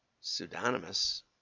pseudonymous